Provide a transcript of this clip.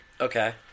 Okay